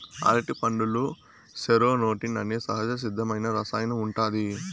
అరటిపండులో సెరోటోనిన్ అనే సహజసిద్ధమైన రసాయనం ఉంటాది